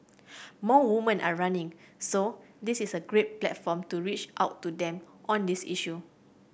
more woman are running so this is a great platform to reach out to them on this issue